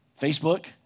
Facebook